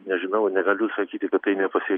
nežinau negaliu sakyti kad tai nepasie